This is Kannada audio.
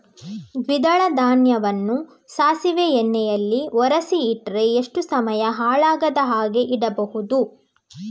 ದ್ವಿದಳ ಧಾನ್ಯವನ್ನ ಸಾಸಿವೆ ಎಣ್ಣೆಯಲ್ಲಿ ಒರಸಿ ಇಟ್ರೆ ಎಷ್ಟು ಸಮಯ ಹಾಳಾಗದ ಹಾಗೆ ಇಡಬಹುದು?